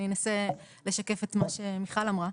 אני אנסה לשקף את מה שמיכל אמרה.